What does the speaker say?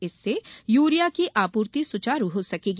इससे यूरिया की आपूर्ति सुचारू हो सकेगी